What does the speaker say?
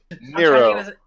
Nero